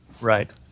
Right